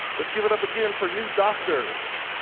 let's give it up again for new doctors.